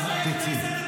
אז תצאי.